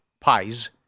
pies